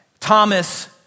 Thomas